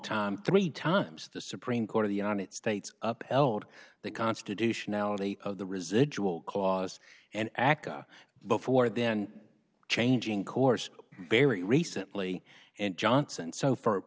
time three times the supreme court of the united states up held the constitutionality of the residual clause and aca before then changing course very recently and johnson so for